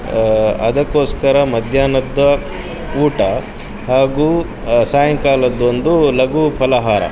ಅದಕ್ಕೋಸ್ಕರ ಮದ್ಯಾಹ್ನದ ಊಟ ಹಾಗು ಸಾಯಂಕಾಲದ್ದೊಂದು ಲಘು ಫಲಹಾರ